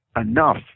enough